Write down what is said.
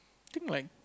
think like